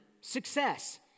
success